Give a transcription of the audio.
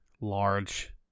large